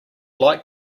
like